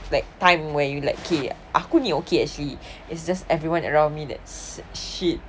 like time where you like okay aku ni okay actually it's just everyone around me that's shit